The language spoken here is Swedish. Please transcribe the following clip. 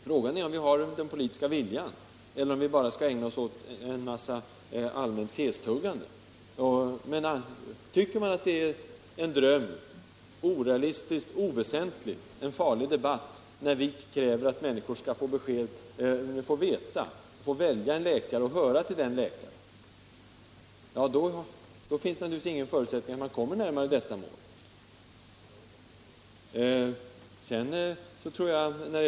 Frågan är om vi har den politiska viljan, eller om vi bara skall ägna oss åt allmänt tuggande av teser. Men tycker man att det är en dröm, något orealistiskt och oväsentligt, en farlig debatt när vi kräver att människor skall få välja en läkare och höra till den läkaren — då finns det naturligtvis ingen förutsättning att komma närmare det här målet.